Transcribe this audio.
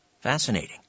Fascinating